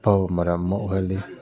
ꯐꯕ ꯃꯔꯝ ꯑꯃ ꯑꯣꯏꯍꯜꯂꯤ